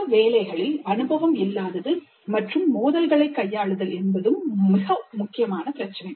குழு வேலைகளில் அனுபவம் இல்லாதது மற்றும் மோதல்களைக் கையாளுதல் என்பதும் ஒரு முக்கியமான பிரச்சினை